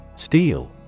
Steel